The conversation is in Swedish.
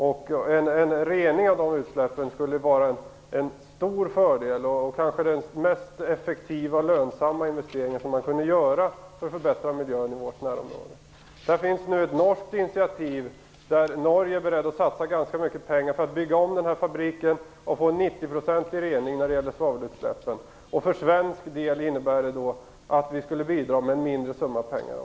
En rening av de utsläppen skulle vara en stor fördel och kanske den mest effektiva och lönsamma investeringen man kan göra för att förbättra miljön i vårt närområde. I Norge har man tagit ett initiativ. Man är beredd att satsa ganska mycket pengar för att bygga om den här fabriken och få en 90-procentig rening av svavelutsläppen. För svensk del innebär det att vi skulle bidra med en mindre summa pengar.